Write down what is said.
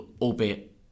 Albeit